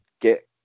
get